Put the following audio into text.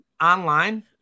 online